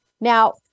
Now